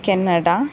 Canada